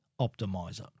optimizer